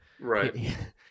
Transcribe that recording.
Right